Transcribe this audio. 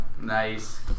Nice